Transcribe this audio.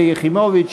שלי יחימוביץ,